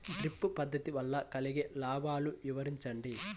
Drip పద్దతి వల్ల కలిగే లాభాలు వివరించండి?